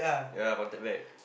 ya contact back